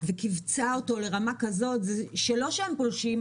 וכיווצה אותו לרמה כזאת שלא שהם פולשים,